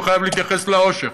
והוא חייב להתייחס לעושר,